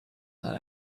that